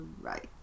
right